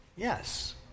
Yes